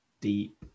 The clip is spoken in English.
deep